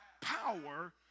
power